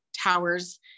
towers